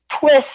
twist